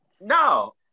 no